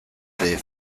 there